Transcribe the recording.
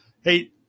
Hey